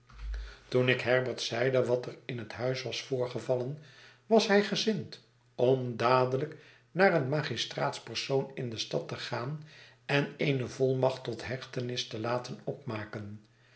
toen ik herbert zeide wat er in het huis was voorgevallen was hij gezind om dadelijk naar een magistraatspersoon in de stad te gaan en eene volmacht tot hechtenis te laten opmaken